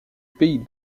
pays